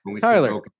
Tyler